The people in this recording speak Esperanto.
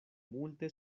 multe